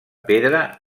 pedra